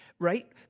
Right